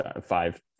five